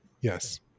Yes